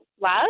love